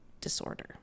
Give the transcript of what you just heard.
disorder